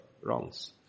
wrongs